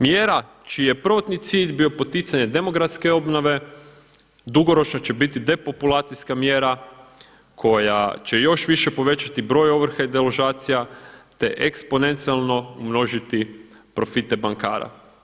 Mjera čiji je prvotni cilj bio poticanje demografske obnove dugoročno će biti depopulacijska mjera koja će još više povećati broj ovrha i deložacija, te eksponencijalno umnožiti profite bankara.